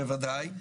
בוודאי,